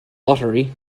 lottery